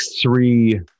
three